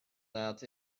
that